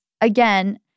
again